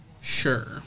Sure